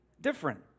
different